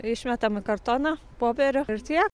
išmetam į kartoną popierių ir tiek